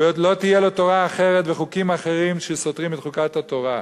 ולא תהיה לו תורה אחרת וחוקים אחרים שסותרים את חוקת התורה.